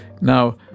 now